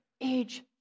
age